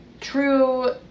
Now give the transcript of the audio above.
true